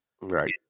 right